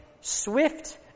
swift